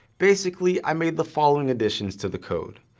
basically, i made the following additions to the code.